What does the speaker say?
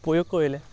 প্ৰয়োগ কৰিলে